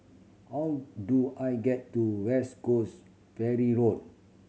how do I get to West Coast Ferry Road